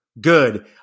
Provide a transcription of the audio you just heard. Good